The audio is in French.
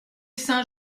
saint